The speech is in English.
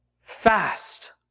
fast